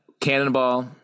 Cannonball